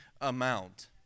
amount